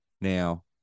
now